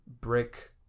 brick